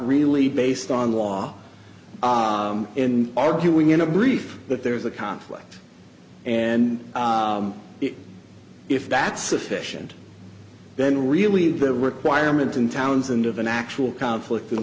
really based on law in arguing in a brief but there is a conflict and if that's sufficient then really the requirement in townsend of an actual conflict i